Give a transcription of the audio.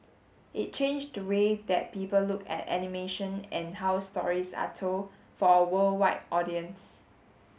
it changed the way that people look at animation and how stories are told for a worldwide audience